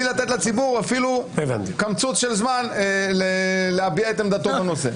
לתת לציבור אפילו קמצוץ של זמן להביע את עמדתו בנושא.